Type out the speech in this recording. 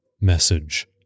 Message